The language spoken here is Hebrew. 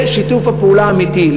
זה שיתוף הפעולה האמיתי.